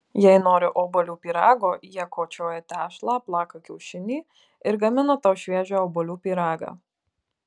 jei nori obuolių pyrago jie kočioja tešlą plaka kiaušinį ir gamina tau šviežią obuolių pyragą